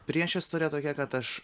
priešistorė tokia kad aš